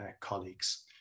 colleagues